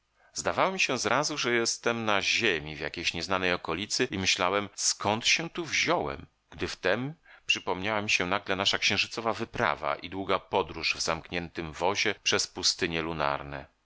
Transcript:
mi się zrazu że jestem na ziemi w jakiejś nieznanej okolicy i myślałem zkąd się tu wziąłem gdy w tem przypomniała mi się nagle nasza księżycowa wyprawa i długa podróż w zamkniętym wozie przez pustynie